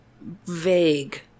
vague